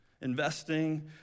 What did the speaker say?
investing